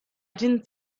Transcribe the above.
didn’t